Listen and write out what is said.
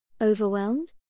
Overwhelmed